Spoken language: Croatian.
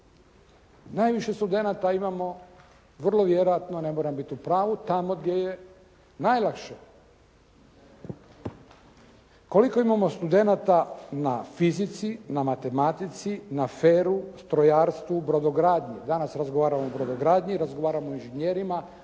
Najviše studenata imamo, vrlo vjerojatno ne moram biti u pravu tamo gdje je najlakše. Koliko imamo studenata na fizici, na matematici, na FER-u, strojarstvu, brodogradnji. Danas razgovaramo o brodogradnji, razgovaramo o inženjerima,